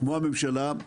כמו הממשלה,